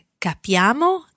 Capiamo